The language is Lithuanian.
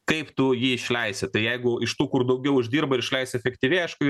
kaip tu jį išleisi tai jeigu iš tų kur daugiau uždirba ir išleisi efektyviai aišku